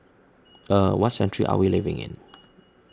er what century are we living in